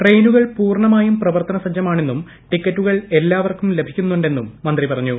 ട്രെയിനുകൾ പൂർണമായും പ്രവർത്തന സജ്ജമാണെന്നും ടിക്കറ്റുകൾ എല്ലാവർക്കും ലഭിക്കുന്നുണ്ടെന്നും മന്തി പറഞ്ഞു